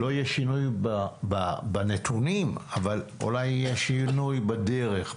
לא יהיה שינוי בנתונים אבל אולי יהיה שינוי בדרך,